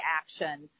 action